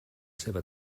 seva